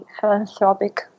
philanthropic